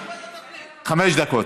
אני נותן לחברת הכנסת רויטל סויד חמש דקות.